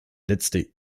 letzte